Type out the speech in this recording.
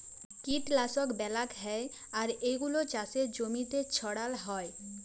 কীটলাশক ব্যলাক হ্যয় আর এগুলা চাসের জমিতে ছড়াল হ্য়য়